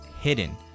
hidden